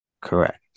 Correct